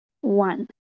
one